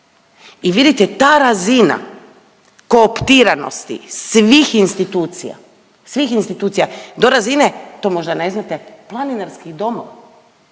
I vidite ta razina koruptiranosti svih institucija, svih institucija do razine to možda ne znate planinarskih domova